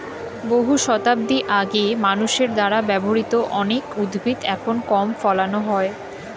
বহু শতাব্দী আগে মানুষের দ্বারা ব্যবহৃত অনেক উদ্ভিদ এখন কম ফলানো হয়